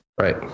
Right